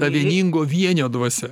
ta vieningo vienio dvasia